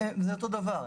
זה אותו דבר.